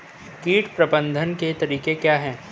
कीट प्रबंधन के तरीके क्या हैं?